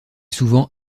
souvent